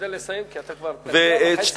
תשתדל לסיים, כי אתה כבר דקה וחצי אחרי הזמן.